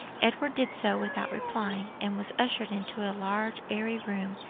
edward did so without replying, and was ushered into a large airy room,